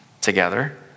together